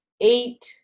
eight